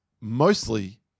Mostly